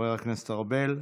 חבר הכנסת ארבל,